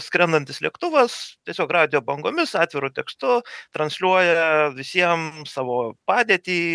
skrendantis lėktuvas tiesiog radijo bangomis atviru tekstu transliuoja visiem savo padėtį